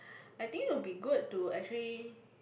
I think would be good to actually